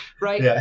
right